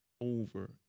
over